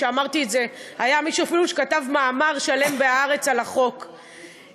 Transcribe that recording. ואמרתי שהיה אפילו מישהו שכתב מאמר שלם ב"הארץ" על החוק,